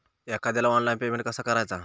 एखाद्याला online payment कसा करायचा?